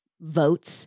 votes